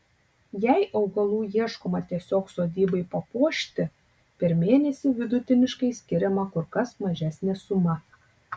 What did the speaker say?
jei augalų ieškoma tiesiog sodybai papuošti per mėnesį vidutiniškai skiriama kur kas mažesnė suma